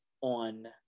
On